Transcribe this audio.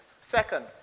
Second